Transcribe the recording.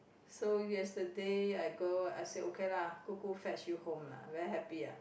so yesterday I go I say okay lah 姑姑 fetch you home lah very happy ah